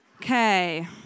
Okay